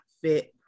fit